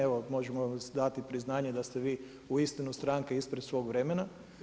Evo možemo vam dati priznanje da ste vi uistinu stranka ispred svoga vremena.